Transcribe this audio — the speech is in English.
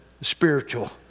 spiritual